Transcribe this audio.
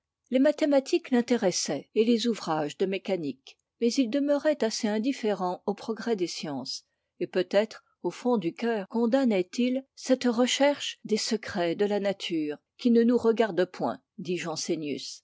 les mathématiques l'intéressaient et les ouvrages de mécanique mais il demeurait assez indifférent au progrès des sciences et peut-être au fond du cœur condamnait il cette recherche des secrets de la nature qui ne nous regarde point dit